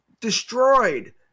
destroyed